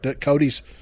Cody's